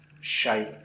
shape